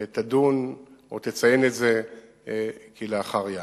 תדון או תציין את זה כלאחר יד.